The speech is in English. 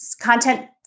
content